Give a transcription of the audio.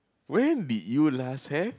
when did you last have